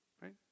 right